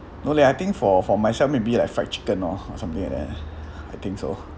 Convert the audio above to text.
no leh I think for for myself maybe like fried chicken lor or something like that ah I think so